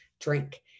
drink